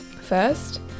First